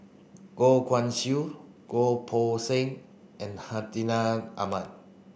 Goh Guan Siew Goh Poh Seng and Hartinah Ahmad